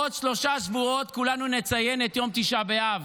עוד שלושה שבועות כולנו נציין את יום תשעה באב.